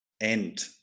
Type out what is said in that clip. end